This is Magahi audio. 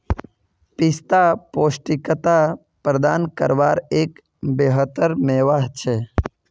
पिस्ता पौष्टिकता प्रदान कारवार एक बेहतर मेवा छे